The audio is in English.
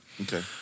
Okay